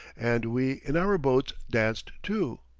and we in our boats danced too,